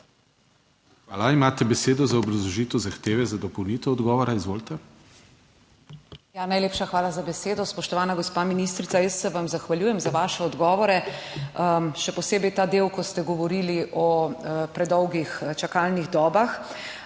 Hvala. Imate besedo za obrazložitev zahteve za dopolnitev odgovora. Izvolite. EVA IRGL (PS NP): Najlepša hvala za besedo. Spoštovana gospa ministrica, jaz se vam zahvaljujem za vaše odgovore, še posebej ta del, ko ste govorili o predolgih čakalnih dobah.